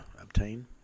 obtain